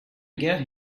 get